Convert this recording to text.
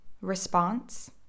Response